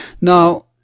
Now